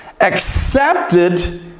accepted